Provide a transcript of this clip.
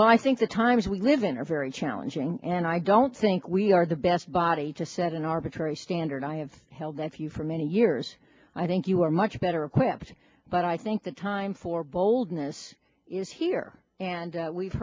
well i think the times we live in are very allan jane and i don't think we are the best body to set an arbitrary standard i have held that if you for many years i think you are much better equipped but i think the time for boldness is here and we've